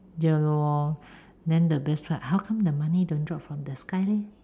ya lor then the best part how come the money don't drop from the sky leh